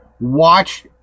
watch